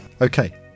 Okay